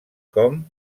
com